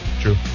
True